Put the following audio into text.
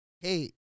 hey